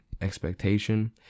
expectation